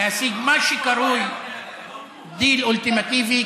להשיג מה שקרוי דיל אולטימטיבי,